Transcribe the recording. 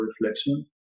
reflection